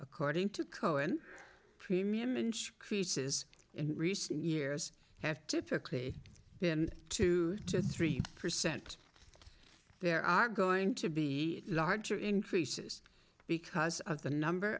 according to cohen premium inch creases in recent years have typically been two to three percent there are going to be larger increases because of the number